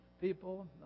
people